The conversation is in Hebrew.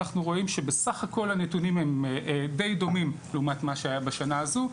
אנחנו רואים שבסך הכול הנתונים הם די דומים לעומת מה שהיה בשנה הזו.